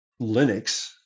Linux